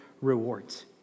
rewards